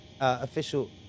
official